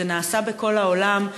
זה נעשה בכל העולם,